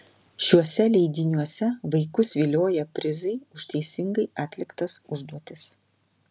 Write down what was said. šiuose leidiniuose vaikus vilioja prizai už teisingai atliktas užduotis